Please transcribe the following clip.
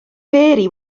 mary